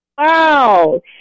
Wow